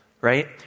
right